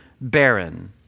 barren